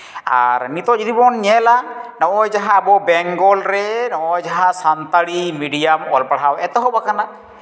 ᱟᱨ ᱱᱤᱛᱚᱜ ᱡᱩᱫᱤ ᱵᱚᱱ ᱧᱮᱞᱟ ᱱᱚᱜᱼᱚᱭ ᱡᱟᱦᱟᱸ ᱟᱵᱚ ᱵᱮᱝᱜᱚᱞ ᱨᱮ ᱱᱚᱜᱼᱚᱭ ᱡᱟᱦᱟᱸ ᱥᱟᱱᱛᱟᱲᱤ ᱢᱤᱰᱤᱭᱟᱢ ᱚᱞᱯᱟᱲᱦᱟᱣ ᱮᱛᱦᱚᱵ ᱟᱠᱟᱱᱟ